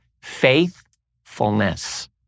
faithfulness